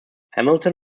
hamilton